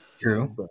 true